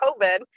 COVID